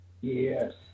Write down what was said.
Yes